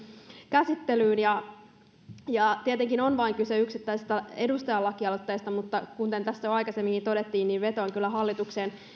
käsittelyyn tietenkin on kyse vain yksittäisestä edustajan lakialoitteesta mutta kuten tässä jo aikaisemminkin todettiin vetoan kyllä hallitukseen